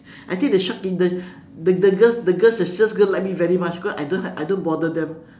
I think the shop in the girls the girls the sales girls like me very much because I don't I don't bother them